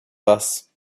bus